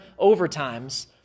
overtimes